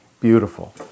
Beautiful